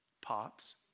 Pops